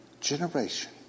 generation